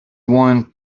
won